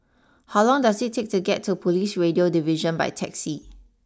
how long does it take to get to police Radio Division by taxi